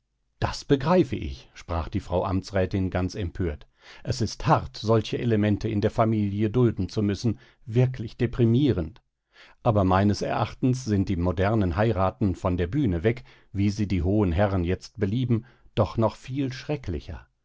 das begreife ich sprach die frau amtsrätin ganz empört es ist hart solche elemente in der familie dulden zu müssen wirklich deprimierend aber meines erachtens sind die modernen heiraten von der bühne weg wie sie die hohen herren jetzt belieben doch noch viel schrecklicher